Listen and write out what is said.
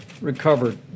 recovered